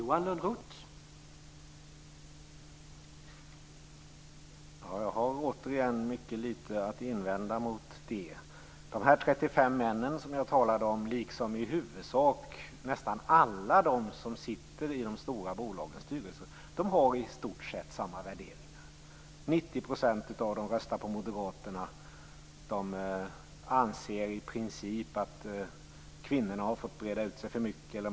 Herr talman! Jag har återigen mycket litet att invända mot detta. De 35 män som jag talade om, liksom i huvudsak nästan alla de som sitter i de stora bolagens styrelser, har i stort sett samma värderingar. 90 % av dem röstar på moderaterna. De anser i princip att kvinnorna har fått breda ut sig för mycket.